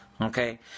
Okay